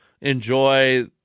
enjoy